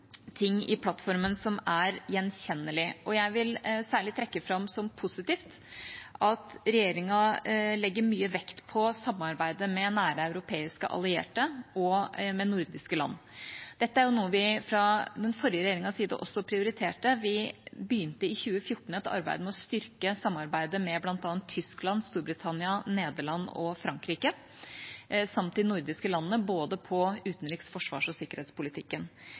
ting i plattformen som er gjenkjennelige, og jeg vil særlig trekke fram som positivt at regjeringa legger mye vekt på samarbeidet med nære europeiske allierte og med nordiske land. Dette er noe vi fra den forrige regjeringas side også prioriterte. Vi begynte i 2014 et arbeid med å styrke samarbeidet med bl.a. Tyskland, Storbritannia, Nederland og Frankrike samt de nordiske landene om både utenriks-, forsvars- og sikkerhetspolitikken.